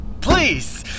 please